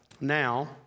Now